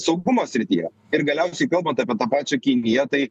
saugumo srityje ir galiausiai kalbant apie tą pačią kiniją tai